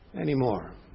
anymore